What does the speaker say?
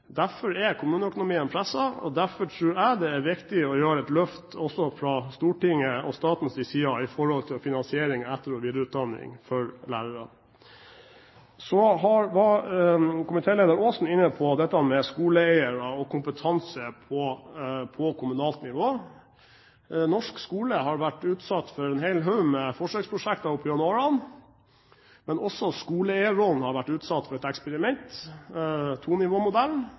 Derfor er kommuneøkonomien presset, og derfor tror jeg det er viktig å gjøre et løft også fra Stortingets – og statens – side med hensyn til finansiering av etter- og videreutdanning for lærere. Så var komitéleder Aasen inne på dette med skoleeiere og kompetanse på kommunalt nivå. Norsk skole har vært utsatt for en hel haug med forsøksprosjekter opp gjennom årene, men også skoleeierrollen har vært utsatt for et eksperiment,